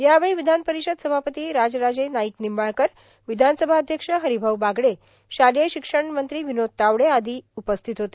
यावेळी विधानपरिषद सभापती राजराजे नाईक निंबाळकर विधानसभा अध्यक्ष हरिभाऊ बागडे शालेय शिक्षण मंत्री विनोद तावडे आदी यावेळी उपस्थित होते